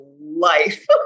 life